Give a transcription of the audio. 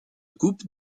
coupe